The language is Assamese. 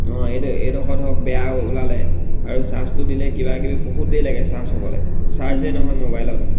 এই এইডোখৰ ধৰক বেয়া ওলালে আৰু চাৰ্জটো দিলে কিবা কিবি বহুত দেৰি লাগে চাৰ্জ হ'বলৈ চাৰ্জেই নহয় ম'বাইলত